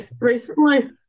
recently